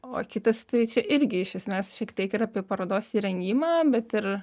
o kitas tai čia irgi iš esmės šiek tiek ir apie parodos įrengimą bet ir